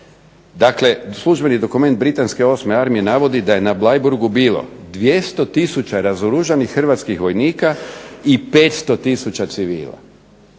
dakle službeni dokument Britanske 8. armije navodi da je na Bleiburgu bilo 200 tisuća razoružanih hrvatskih vojnika i 500 tisuća civila.